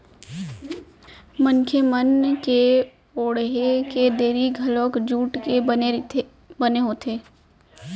मनखे मन के ओड़हे के दरी घलोक जूट के बने होथे